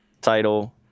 title